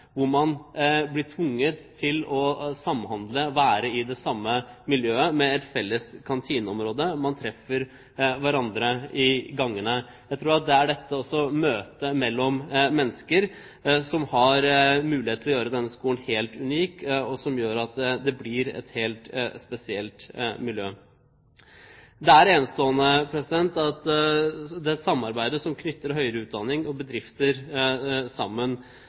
hvor man blir tvunget til å samhandle, være i det samme miljøet med felles kantineområde, treffe hverandre i gangene. Jeg tror at det er dette møtet mellom mennesker som har mulighet til å gjøre denne skolen helt unik, og som gjør at det blir et helt spesielt miljø. Det samarbeidet som knytter høyere utdanning og bedrifter sammen,